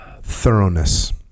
Thoroughness